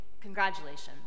Congratulations